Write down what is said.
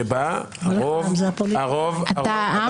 שבה הרוב --- אתה העם?